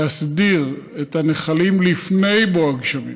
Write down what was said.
להסדיר את הנחלים לפני בוא הגשמים.